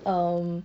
um